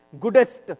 goodest